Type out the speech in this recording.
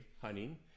hunting